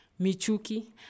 Michuki